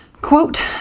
Quote